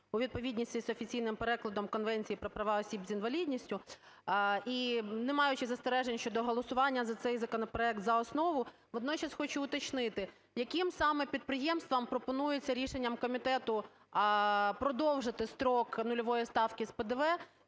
у відповідність з офіційним перекладом Конвенції про права осіб з інвалідністю і не маючи застережень щодо голосування за цей законопроект за основу, водночас хочу уточнити, яким саме підприємствам пропонується рішенням комітету продовжити строк нульової ставки з ПДВ,